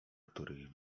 których